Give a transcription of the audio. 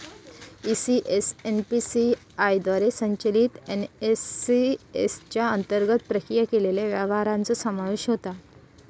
ECS NPCI द्वारे संचलित NACH च्या अंतर्गत प्रक्रिया केलेल्या व्यवहारांचो समावेश होता